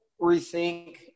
rethink